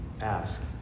ask